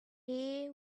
hay